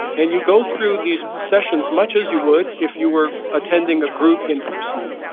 and you go through these sessions much as you would if you were attending a group in person.